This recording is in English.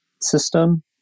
system